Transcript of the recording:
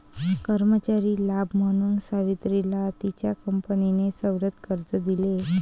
कर्मचारी लाभ म्हणून सावित्रीला तिच्या कंपनीने सवलत कर्ज दिले